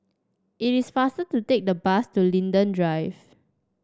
it is faster to take the bus to Linden Drive